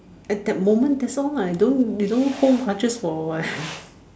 at that moment that's all lah you don't you don't hold grudges for what